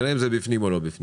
נראה אם זה בפנים או לא בפנים.